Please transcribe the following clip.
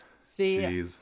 See